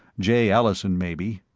jay allison, maybe?